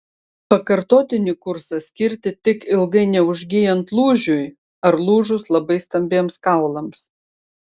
pakartotinį kursą skirti tik ilgai neužgyjant lūžiui ar lūžus labai stambiems kaulams